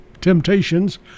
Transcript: temptations